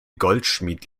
goldschmied